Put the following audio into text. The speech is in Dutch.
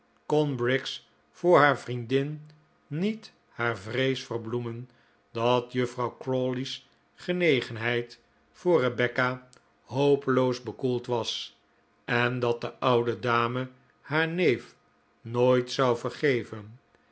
briggs voor haar vriendin niet haar vrees verbloemen dat juffrouw crawley's genegenheid voor rebecca hopeloos bekoeld was en dat de oude dame haar neef nooit zou vergeven